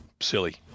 Silly